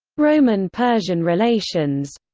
roman-persian relations